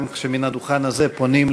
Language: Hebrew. גם כשמן הדוכן הזה פונים,